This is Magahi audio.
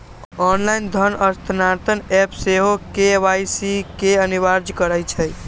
ऑनलाइन धन स्थानान्तरण ऐप सेहो के.वाई.सी के अनिवार्ज करइ छै